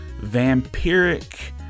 vampiric